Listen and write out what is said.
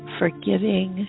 forgiving